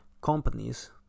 companies